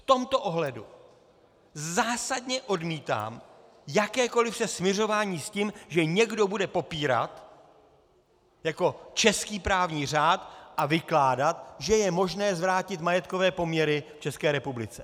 V tomto ohledu zásadně odmítám jakékoliv se smiřování s tím, že někdo bude popírat český právní řád a vykládat, že je možné zvrátit majetkové poměry v České republice.